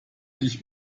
dich